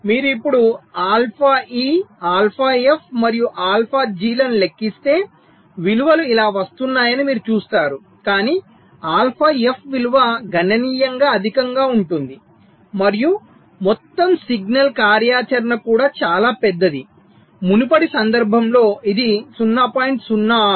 మీరు ఇప్పుడు alpha E alpha F మరియు ఆల్ఫా జిలను లెక్కిస్తే విలువలు ఇలా వస్తున్నాయని మీరు చూస్తారు కానీ ఆల్ఫా ఎఫ్ విలువ గణనీయంగా అధికంగా ఉంటుంది మరియు మొత్తం సిగ్నల్ కార్యాచరణ కూడా చాలా పెద్దది మునుపటి సందర్భంలో ఇది 0